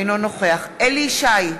אינו נוכח אליהו ישי,